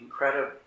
incredible